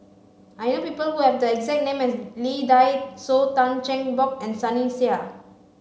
I know people who have the exact name as Lee Dai Soh Tan Cheng Bock and Sunny Sia